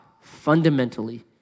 fundamentally